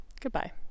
goodbye